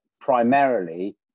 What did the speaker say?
primarily